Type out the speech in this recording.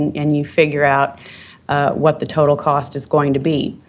and you figure out what the total cost is going to be.